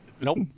Nope